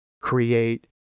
create